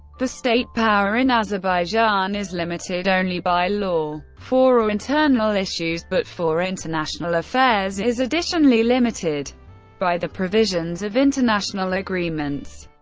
the state power in azerbaijan is limited only by law for ah internal issues, but for international affairs is additionally limited by the provisions of international agreements.